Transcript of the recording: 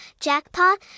jackpot